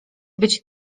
być